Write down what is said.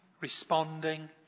responding